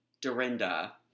Dorinda